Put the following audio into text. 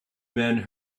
men